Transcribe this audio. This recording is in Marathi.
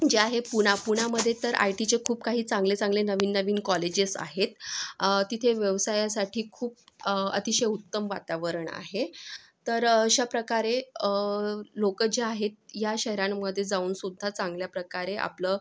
जे आहे पुणे पुण्यामध्ये तर आय टीचे खूप काही चांगले चांगले नवीन नवीन कॉलेजेस आहेत तिथे व्यवसायासाठी खूप अतिशय उत्तम वातावरण आहे तर अशा प्रकारे लोक जे आहेत या शहरांमध्ये जाऊनसुद्धा चांगल्या प्रकारे आपलं